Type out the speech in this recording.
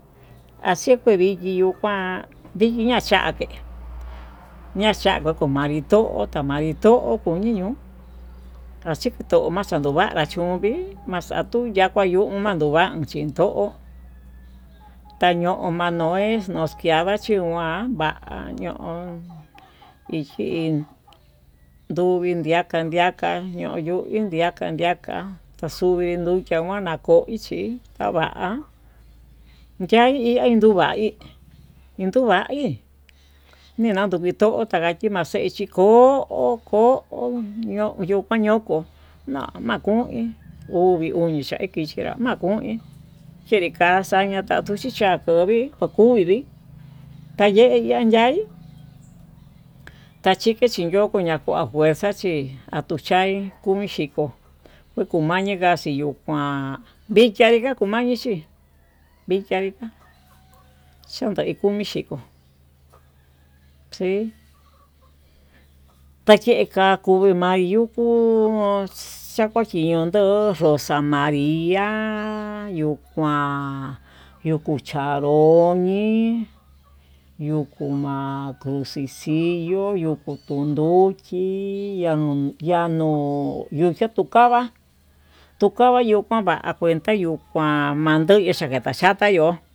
Axekui viki yuu kuan vikii ña'a xake, ña'a xako komanri to'o komanré to'o kunii ñon achito kuxando vanra ndoguii maxaku yanda yuu nduman ndo'ó kuan chin ndo'ó taño'o mano ex nduchiava nduguan, va'a ñon ichin nduu kuindika ndika ño'o ndo iin ndiaka ndika taxuvi nduchia koña ko'o koichí, ya'a kuain kuvaí yinduu va'í, ninan vii ndo'o takaí chimaxechi ko'o ko'o yukua ñoko no'o makuin ndugui uñi chakixhinrá makuin chenri ka'a xaña kuchichá kovii uu kuí kaye yan yaí tachike chiñoko yuñaka fuerza, chi atuchaí kun xhikó kukumayika kuyuu kuán vikia na'a kumayii chin vikia vikia, xhunda komi xhikó xii tayeka komi mayukuu kuu xamaxhiyo yo'o xo'ó koxa'a manriá yuu kuan yuku chanró oyii yuku ma'a xixiyo yuku kuu yuyiya yanuu, yuka tuu kava'a ukava yuu kuan va'a kuenta yuu kuan mayo kuxa yuxata yo'o.